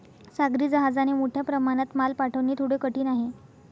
सागरी जहाजाने मोठ्या प्रमाणात माल पाठवणे थोडे कठीण आहे